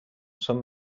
són